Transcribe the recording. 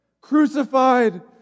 Crucified